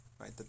Right